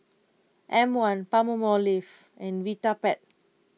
M one Palmolive and Vitapet